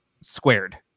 squared